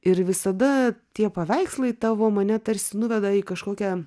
ir visada tie paveikslai tavo mane tarsi nuveda į kažkokią